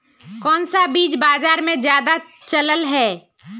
कोन सा बीज बाजार में ज्यादा चलल है?